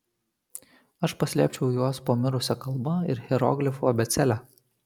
aš paslėpčiau juos po mirusia kalba ir hieroglifų abėcėle